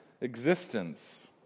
existence